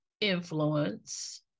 influence